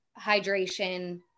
hydration